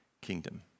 kingdom